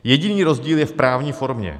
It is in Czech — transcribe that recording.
Jediný rozdíl je v právní formě.